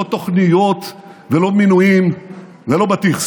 לא תוכניות ולא מינויים ולא בטיח.